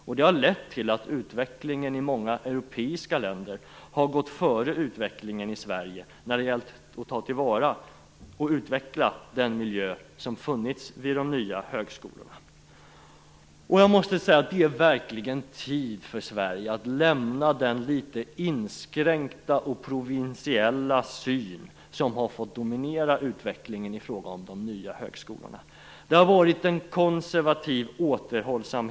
Detta har lett till att utvecklingen i många europeiska länder gått före utvecklingen i Sverige när det gällt att ta till vara och att utveckla den miljö som funnits vid de nya högskolorna. Det är verkligen hög tid att Sverige lämnar den litet inskränkta och provinsiella syn som har fått dominera utvecklingen i fråga om de nya högskolorna. Det har varit en konservativ återhållsamhet.